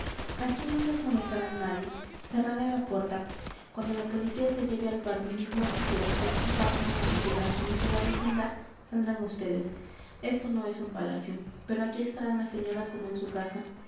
aquí no les molestará nadie cerraré la puerta cuando la policía se lleve al barbilindo y se despeje el patio y se tranquilice la vecindad saldrán vds esto no es un palacio pero aquí estarán las señoras como en su casa